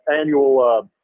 annual